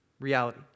reality